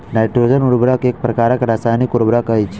nitrogen उर्वरक एक प्रकारक रासायनिक उर्वरक अछि